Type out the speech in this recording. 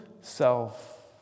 self